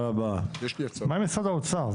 מה עם משרד האוצר?